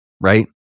Right